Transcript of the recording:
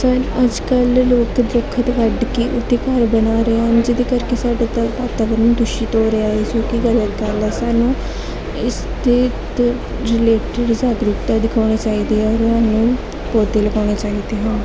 ਸ ਅੱਜ ਕੱਲ੍ਹ ਲੋਕ ਦਰਖਤ ਵੱਢ ਕੇ ਉੱਥੇ ਘਰ ਬਣਾ ਰਹੇ ਹਨ ਜਿਹਦੇ ਕਰਕੇ ਸਾਡਾ ਤਾਂ ਵਾਤਾਵਰਨ ਦੂਸ਼ਿਤ ਹੋ ਰਿਹਾ ਹੈ ਜੋ ਕਿ ਗਲਤ ਗੱਲ ਹੈ ਸਾਨੂੰ ਇਸ ਦੇ 'ਤੇ ਰਿਲੇਟਡ ਜਾਗਰੂਕਤਾ ਦਿਖਾਉਣੀ ਚਾਹੀਦੀ ਹੈ ਸਾਨੂੰ ਪੌਦੇ ਲਗਾਉਣੇ ਚਾਹੀਦੇ ਹਨ